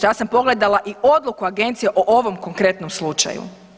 Ja sam pogledala i odluku agencije o ovom konkretnom slučaju.